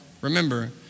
Remember